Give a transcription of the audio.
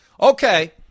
Okay